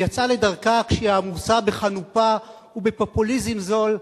יצאה לדרכה כשהיא עמוסה בחנופה ובפופוליזם זול,